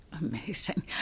Amazing